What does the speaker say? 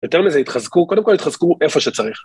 יותר מזה יתחזקו, קודם כל יתחזקו איפה שצריך.